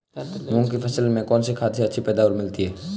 मूंग की फसल में कौनसी खाद से अच्छी पैदावार मिलती है?